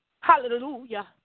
hallelujah